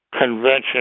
convention